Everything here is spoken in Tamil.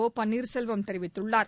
ஒபன்னீர்செல்வம் தெரிவித்துள்ளார்